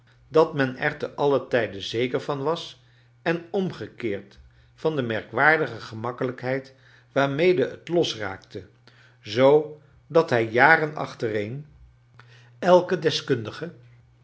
dat men er te alien tijde zeker van was en omgekeerd van de merkwaardige gemakkeiijkheid waarmede het los raaktc zoodat hij jaren achtereen charles dickens